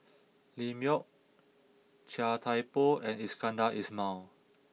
Lim Yau Chia Thye Poh and Iskandar Ismail